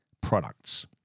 products